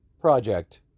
project